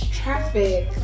traffic